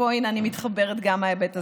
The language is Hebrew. ופה אני מתחברת גם מההיבט הזה.